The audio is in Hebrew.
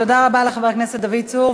תודה לחבר הכנסת דוד צור.